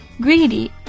Greedy